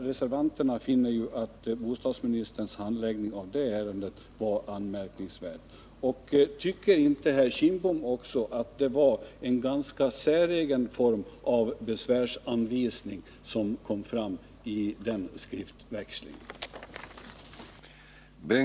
Reservanterna finner att bostadsministerns handläggning av det ärendet var anmärkningsvärd. Tycker inte också herr Kindbom att det var en ganska säregen form av besvärsanvisning som gjordes i den skriftväxlingen?